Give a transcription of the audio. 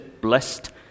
blessed